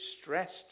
stressed